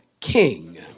king